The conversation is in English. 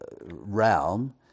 realm